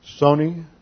Sony